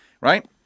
right